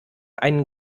einen